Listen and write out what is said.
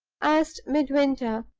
asked midwinter,